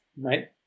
right